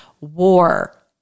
war